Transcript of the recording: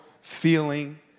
feeling